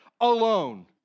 alone